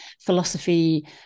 philosophy